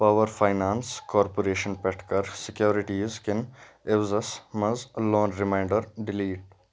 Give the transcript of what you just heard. power finance corporation پٮ۪ٹھٕ کَر سیکیورٹیزکین عِوزَس منٛز لون ریمانڈر ڈِلیٖٹ